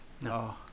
No